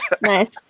Nice